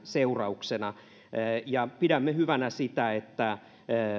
seurauksena pidämme hyvänä sitä että